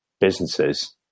businesses